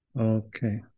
Okay